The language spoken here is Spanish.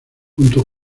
junto